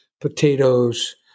potatoes